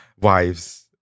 wives